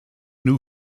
new